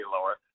lower